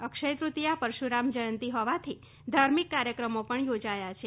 અક્ષય તૃતિયા પરશુરામ જયંતિ હોવાથી ધાર્મિક કાર્યક્રમો પણ યોજાયા છે